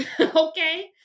okay